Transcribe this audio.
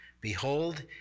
Behold